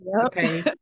Okay